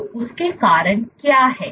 तो उसके कारण क्या है